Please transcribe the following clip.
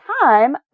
time